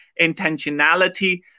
intentionality